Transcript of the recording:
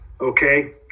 Okay